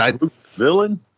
villain